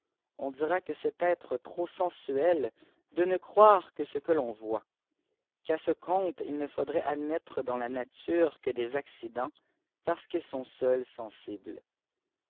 on dira que c'est être tp sensuâ le ne crwre que ce que ton voit qu'à ce copoipteil nç faudrait admette dansianstufë fàe des accidents parce qufls sont seuls senitjes